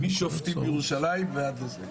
משופטים בירושלים ועד הזה.